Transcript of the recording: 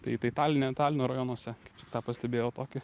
tai tai taline talino rajonuose tą pastebėjau tokį